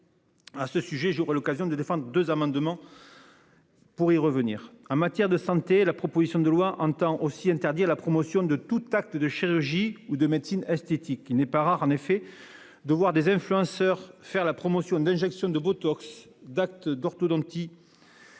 À ce sujet, j'aurai l'occasion de défendre 2 amendements. Pour y revenir en matière de santé. La proposition de loi entend aussi interdire la promotion de tout acte de chirurgie ou de médecine esthétique qui n'est pas rare en effet de voir des influenceurs, faire la promotion d'injections de Botox d'actes d'orthodontie.